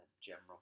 general